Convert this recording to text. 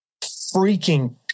freaking